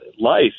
life